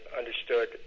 understood